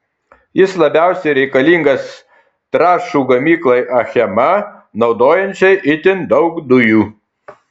jis labiausiai reikalingas trąšų gamyklai achema naudojančiai itin daug dujų